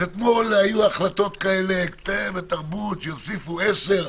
אז אתמול היו החלטות שבתרבות יוסיפו 10,